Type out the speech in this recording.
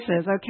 okay